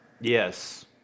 Yes